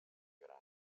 gran